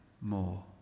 more